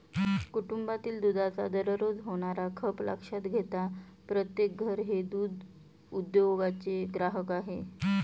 कुटुंबातील दुधाचा दररोज होणारा खप लक्षात घेता प्रत्येक घर हे दूध उद्योगाचे ग्राहक आहे